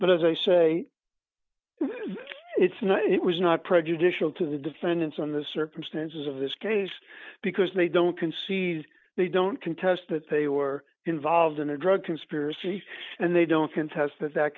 but as i say it's not it was not prejudicial to the defendants on the circumstances of this case because they don't concede they don't contest that they were involved in a drug conspiracy and they don't confess that that